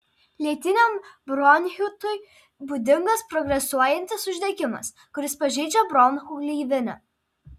lėtiniam bronchitui būdingas progresuojantis uždegimas kuris pažeidžia bronchų gleivinę